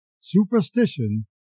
superstition